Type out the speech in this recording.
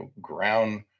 ground